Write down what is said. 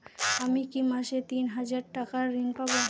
আমি কি মাসে তিন হাজার টাকার ঋণ পাবো?